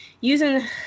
using